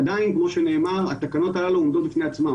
עדיין, ככל שנאמר, התקנות הללו עומדות בפני עצמן.